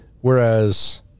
whereas